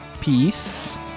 Peace